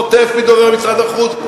חוטף מדובר משרד החוץ,